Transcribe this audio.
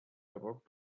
awoke